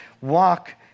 walk